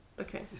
Okay